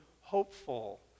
hopeful